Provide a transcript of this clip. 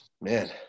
man